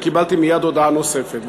וקיבלתי מיד הודעה נוספת.